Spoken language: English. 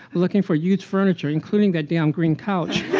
looking for used furniture including that damn green couch